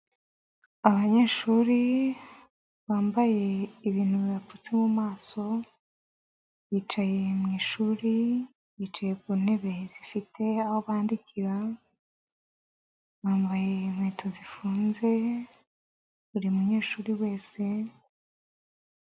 Abanyeshuri bambaye ibintu bibapfutse mu maso, bicaye mu ishuri bicaye ku ntebe zifite aho bandikira bambaye inkweto zifunze buri munyeshuri wese.